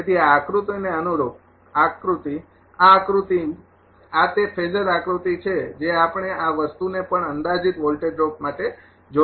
તેથી આ આકૃતિને અનુરૂપ આકૃતિ આ આકૃતિ આ તે ફેઝરં આકૃતિ છે જે આપણે આ વસ્તુને પણ અંદાજિત વોલ્ટેજ ડ્રોપ માટે જોઇ છે